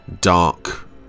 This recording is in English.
dark